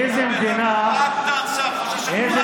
איזו מדינה, טאהא, דבר לעניין.